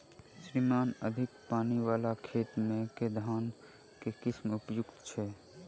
श्रीमान अधिक पानि वला खेत मे केँ धान केँ किसिम उपयुक्त छैय?